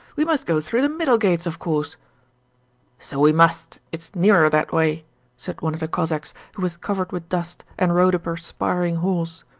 we must go through the middle gates, of course so we must, it's nearer that way said one of the cossacks who was covered with dust and rode a perspiring horse.